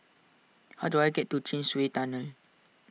how do I get to Chin Swee Tunnel